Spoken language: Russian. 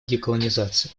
деколонизации